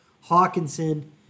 Hawkinson